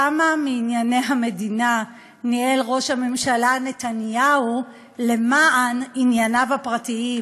כמה מענייני המדינה ניהל ראש הממשלה נתניהו למען ענייניו הפרטיים?